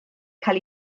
cael